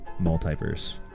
multiverse